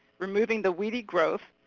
removing the weedy growth,